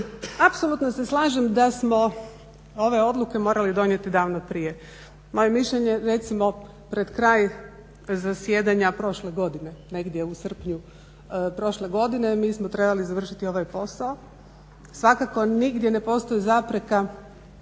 Apsolutno se slažem da smo ove odluke morali donijeti davno prije. Moje mišljenje je, recimo pred kraj zasjedanja prošle godine, negdje u srpnju prošle godine, mi smo trebali završiti ovaj posao. Svakako nigdje ne postoji zapreka